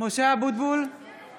בשמות חברי הכנסת)